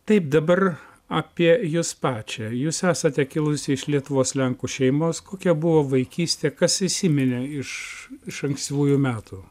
taip dabar apie jus pačią jūs esate kilusi iš lietuvos lenkų šeimos kokia buvo vaikystė kas įsiminė iš iš ankstyvųjų metų